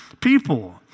people